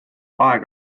aeg